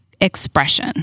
expression